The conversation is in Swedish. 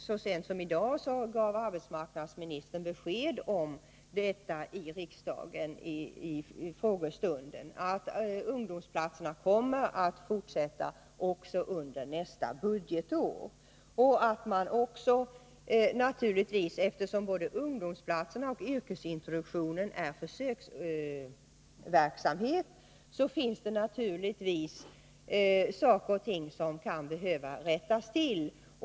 Så sent som i dag gav arbetsmarknadsministern i riksdagens frågestund besked om att ungdomsplatserna kommer att fortsätta också under nästa budgetår. Eftersom både ungdomsplatserna och yrkesintroduktionen är försöksverksamheter, finns det naturligtvis saker och ting som kan behöva rättas till.